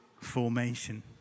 formation